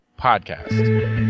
Podcast